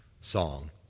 song